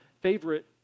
favorite